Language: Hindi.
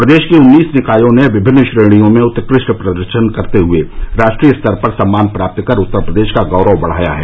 प्रदेश की उन्नीस निकायों ने विभिन्न श्रेणियों में उत्कृष्ट प्रदर्शन करते हुए राष्ट्रीय स्तर पर सम्मान प्राप्त कर उत्तर प्रदेश का गौरव बढ़ाया है